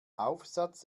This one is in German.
aufsatz